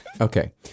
Okay